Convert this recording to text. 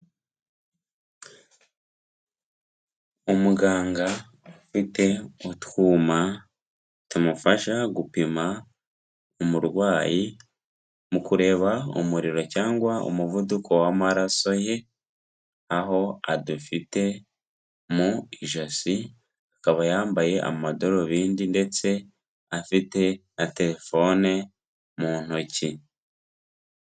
Umuganga ufite utwuma tumufasha gupima umurwayi, mu kureba umuriro cyangwa umuvuduko w'amaraso ye, aho adufite mu ijosi, akaba yambaye amadarubindi ndetse afite na telefone mu ntoki.